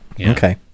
Okay